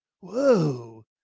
Whoa